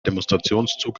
demonstrationszug